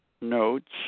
notes